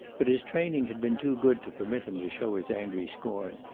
but his training had been too good to permit him to show his angry scorn.